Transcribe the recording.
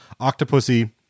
octopussy